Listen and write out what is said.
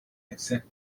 except